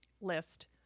list